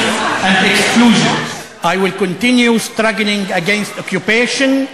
לא נהוג לנאום באנגלית מעל הדוכן.